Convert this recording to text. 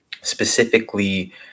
Specifically